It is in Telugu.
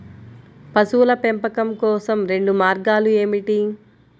పశువుల పెంపకం కోసం రెండు మార్గాలు ఏమిటీ?